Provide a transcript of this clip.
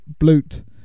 blute